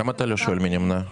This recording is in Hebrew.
למה אתה לא שואל מי נמנע?